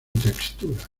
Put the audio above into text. textura